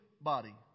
body